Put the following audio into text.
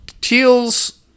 Teal's